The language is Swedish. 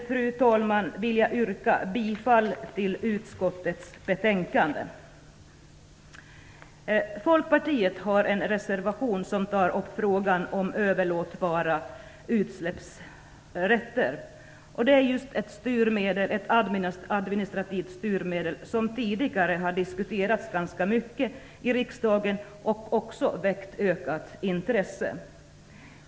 Härmed vill jag yrka bifall till utskottets hemställan. Folkpartiet har en reservation som tar upp frågan om överlåtbara utsläppsrätter. Det är just ett administrativt styrmedel, något som tidigare har diskuterats ganska mycket i riksdagen, och som också väckt ökat intresse.